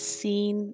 seen